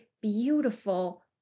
beautiful